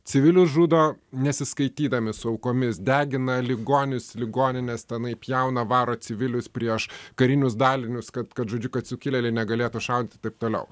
civilius žudo nesiskaitydami su aukomis degina ligonius ligonines tenai pjauna varo civilius prieš karinius dalinius kad kad žodžiu kad sukilėliai negalėtų šaudyt ir taip toliau